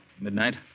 Midnight